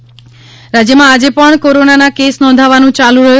corona Gujarat રાજ્યમાં આજે પણ કોરોનાના કેસ નોંધાવાનું ચાલુ રહ્યું